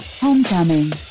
Homecoming